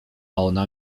ona